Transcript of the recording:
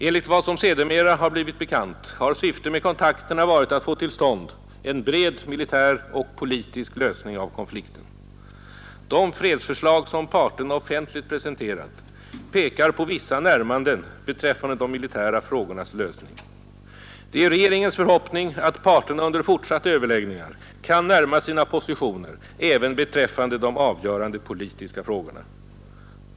Enligt vad som sedermera har blivit bekant har syftet med kontakterna varit att få till stånd en bred militär och politisk lösning av konflikten. De fredsförslag som parterna offentligt presenterat pekar på vissa närmanden beträffande de militära frågornas lösning. Det är regeringens förhoppning att parterna under fortsatta överläggningar kan närma sina positioner även beträffande de avgörande politiska frågorna.